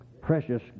Precious